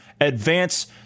advance